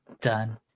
done